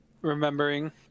Remembering